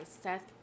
Seth